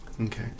Okay